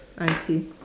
I see